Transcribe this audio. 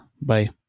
Bye